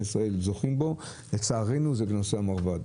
ישראל זוכים בו לצערנו הוא בנושא המרב"ד.